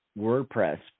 WordPress